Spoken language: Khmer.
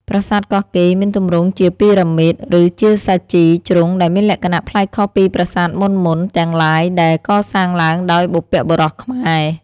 ប្រាសាទកោះកេរមានទម្រង់ជាពីរ៉ាមីត ឬជាសាជី ជ្រុងដែលមានលក្ខណៈប្លែកខុសពីប្រាសាទមុនៗ ទាំងឡាយដែលកសាងឡើងដោយ បុព្វបុរសខ្មែរ ។